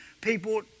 people